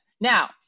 Now